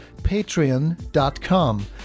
patreon.com